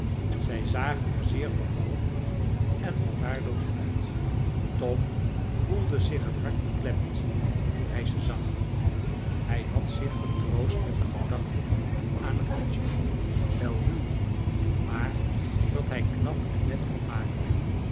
zij zagen er zeer vervallen en verwaarloosd uit tom voelde zich het hart beklemd toen hij ze zag hij had zich getroost met de gedachte aan een hutje wel ruw maar dat hij knap en net kon maken